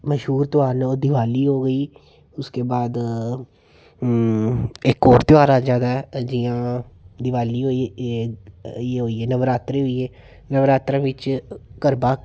मश्हूर ध्यार न ओह् दिवाली हो गेई उसके बाद एक होर ध्यार आई जाना जियां दिवाली होई गेई एह् होई गे नवरात्रे होई गे नवरात्रे बिच्च गरबा